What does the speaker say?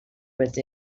with